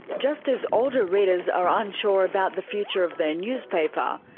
just as older readers are unsure about the future of their newspaper,